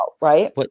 right